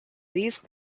these